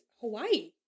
Hawaii